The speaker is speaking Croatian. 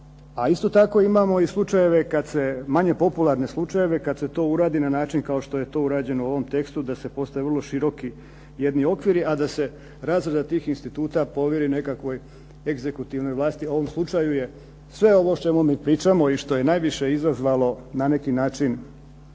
A isto tako imamo i slučajeve kada se manje popularne slučajeve kada se to uradi na način kao što je to urađeno u ovom tekstu da se postave jedni široki okviri, a da se razrada tih instituta povjeri nekakvoj egzekutivnoj vlasti. U ovom slučaju je sve ovo što mi pričamo i što je najviše izazvalo na neki način